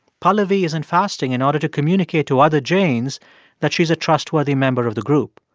pahlavi isn't fasting in order to communicate to other jains that she's a trustworthy member of the group.